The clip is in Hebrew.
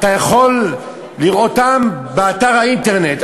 אתה יכול לראותן באתר האינטרנט.